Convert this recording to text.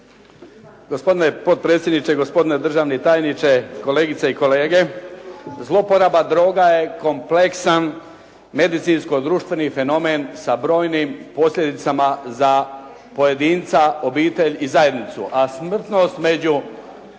Gospodine potpredsjedniče, gospodine državni tajniče, kolegice i kolege. Zlouporaba droga je kompleksan medicinsko-društveni fenomen sa brojnim posljedicama za pojedinca, obitelj i zajednicu, a smrtnost među